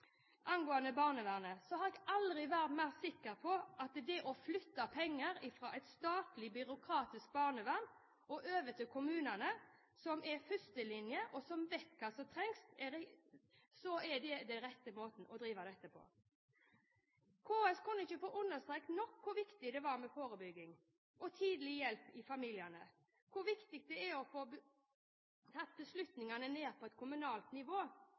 angående barnevernet, og jeg har aldri vært mer sikker på at den rette måten å drive dette på er ved å flytte penger fra et statlig byråkratisk barnevern og over til kommunene, som er førstelinje, og som vet hva som trengs. KS kunne ikke få understreket nok hvor viktig det var med forebygging og tidlig hjelp i familiene, hvor viktig det er å få tatt beslutningene på et kommunalt nivå.